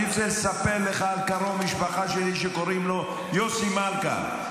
אני רוצה לספר לך על קרוב משפחה שלי שקוראים לו יוסי מלכה,